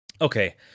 Okay